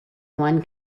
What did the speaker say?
one